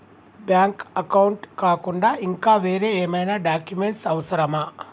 Bank account కాకుండా ఇంకా వేరే ఏమైనా డాక్యుమెంట్స్ అవసరమా?